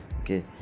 okay